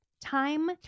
time